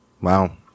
Wow